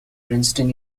princeton